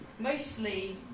Mostly